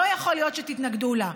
לא יכול להיות שתתנגדו לה.